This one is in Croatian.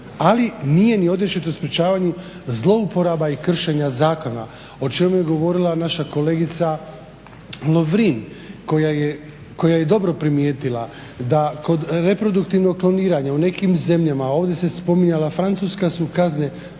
ali nije ni … sprečavanju zlouporaba i kršenja zakona o čemu je govorila naša kolegica Lovrin koja je dobro primijetila da kod reproduktivnog kloniranja u nekim zemljama, ovdje se spominjala Francuska su kazne